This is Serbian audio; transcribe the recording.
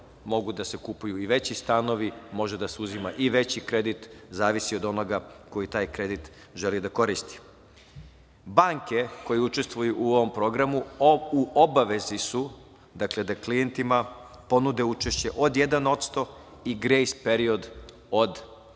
mogu da se kupuju i veći stanovi, može da se uzima i veći kredit, zavisi od onoga koji taj kredit želi da koristi. Banke koje učestvuju u ovom programu u obavezi su da klijentima ponude učešće od 1% i grejs period od